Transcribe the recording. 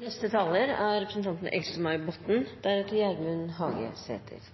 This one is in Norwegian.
Det er en engasjerende debatt, dette, og det er